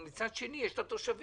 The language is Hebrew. מצד שני יש את התושבים.